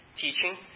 teaching